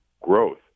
growth